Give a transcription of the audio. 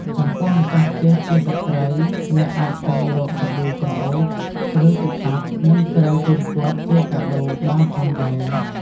ចំពោះម្ចាស់ផ្ទះជាស្ត្រីអ្នកអាចស្វែងរក សាប៊ូក្រអូប ឬទឹកអប់ និងក្រែមជូនគាត់ជាកាដូរបានផងដែរ។